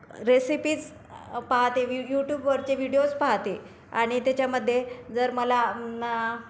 recipes पाहते यूट्युबवरचे videos पाहते आणि त्याच्यामध्ये जर मला